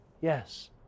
Yes